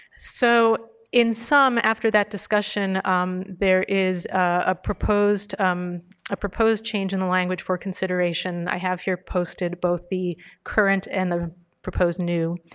so in sum, after that discussion um there is ah a um proposed change in the language for consideration. i have here posted both the current and the proposed new.